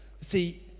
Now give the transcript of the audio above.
See